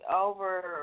over